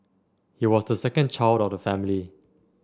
he was the second child of the family